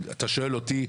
אם אתה שואל אותי,